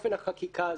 באופן החקיקה הזה.